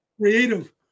creative